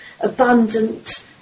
abundant